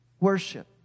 worship